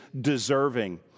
deserving